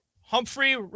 Humphrey